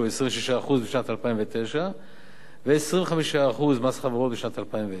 שהוא 26% בשנת 2009 ו-25% מס חברות בשנת 2010,